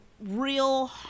real